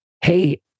Hey